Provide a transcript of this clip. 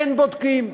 אין בודקים.